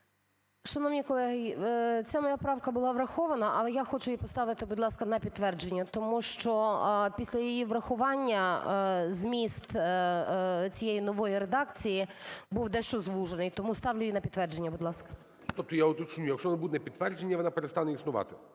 Шановні колеги, ця моя правка була врахована, але я хочу її поставити, будь ласка, на підтвердження, тому що після її врахування зміст цієї нової редакції був дещо звужений. Тому ставлю її на підтвердження. Будь ласка. ГОЛОВУЮЧИЙ. Тобто я уточню, якщо не буде підтвердження, вона перестане існувати.